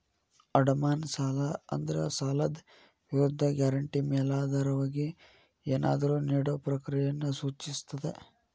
ಅಡಮಾನ ಸಾಲ ಅಂದ್ರ ಸಾಲದ್ ವಿರುದ್ಧ ಗ್ಯಾರಂಟಿ ಮೇಲಾಧಾರವಾಗಿ ಏನಾದ್ರೂ ನೇಡೊ ಪ್ರಕ್ರಿಯೆಯನ್ನ ಸೂಚಿಸ್ತದ